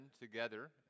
together